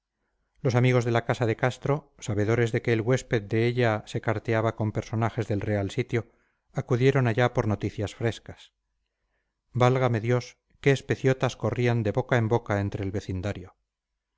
los amigos de la casa de castro sabedores de que el huésped de ella se carteaba con personajes del real sitio acudieron allá por noticias frescas válgame dios qué especiotas corrían de boca en boca entre el vecindario